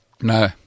No